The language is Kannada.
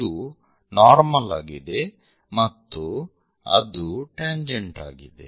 ಇದು ನಾರ್ಮಲ್ ಆಗಿದೆ ಮತ್ತು ಅದು ಟ್ಯಾಂಜೆಂಟ್ ಆಗಿದೆ